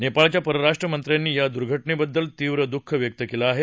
नेपाळच्या परराष्ट्र मंत्र्यांनी या दुर्घटनेबद्दल तीव्र दुःख व्यक्त केलं आहे